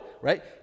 right